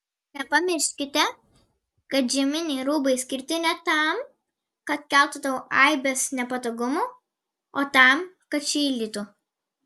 nepamirškite kad žieminiai rūbai skirti ne tam kad keltų tau aibes nepatogumų o tam kad šildytų